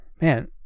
man